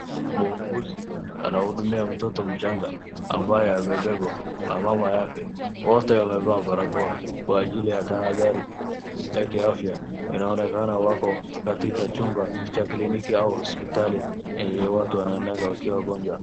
Muuguzi anahudumia mtoto mchanga ambaye amebebwa na mama yake. Wote wamevaa barakoa kwa ajili ya tahadhari ya kiafya. Inaonekana wako katika chumba cha kliniki au hospitali yenye watu wanaendaga wakiwa wagonjwa.